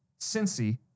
Cincy